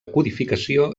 codificació